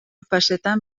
fasetan